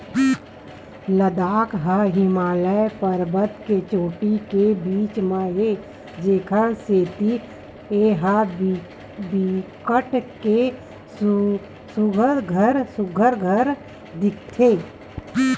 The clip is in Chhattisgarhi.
लद्दाख ह हिमालय परबत के चोटी के बीच म हे जेखर सेती ए ह बिकट के सुग्घर दिखथे